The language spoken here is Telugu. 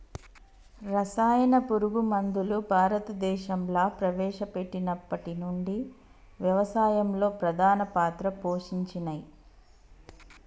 రసాయన పురుగు మందులు భారతదేశంలా ప్రవేశపెట్టినప్పటి నుంచి వ్యవసాయంలో ప్రధాన పాత్ర పోషించినయ్